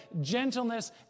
gentleness